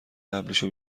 قبلیشو